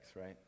right